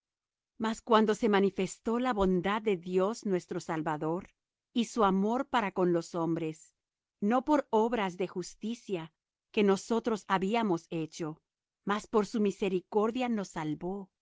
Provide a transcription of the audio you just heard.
mas cuando se manifestó la bondad de dios nuestro salvador y su amor para con los hombres no por obras de justicia que nosotros habíamos hecho mas por su misericordia nos salvó